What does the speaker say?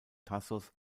thasos